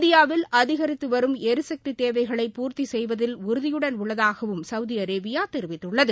இந்தியாவில் அதிகரித்து வரும் எரிசக்தி தேவைகளை பூர்த்தி செய்வதில் உறுதியுடன் உள்ளதாகவும் சவுதி அரேபியா தெரிவித்துள்ளது